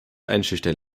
einschüchtern